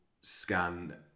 scan